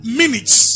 minutes